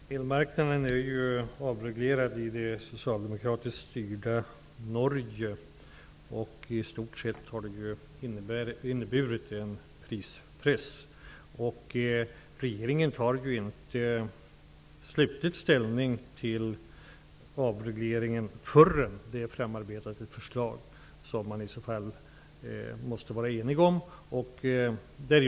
Herr talman! Elmarknaden är ju avreglerad i det socialdemokratiskt styrda Norge, och i stort sett har det där inneburit en prispress. Regeringen tar inte slutlig ställning till avregleringen förrän ett förslag har framarbetats, ett förslag kring vilket det måste råda enighet.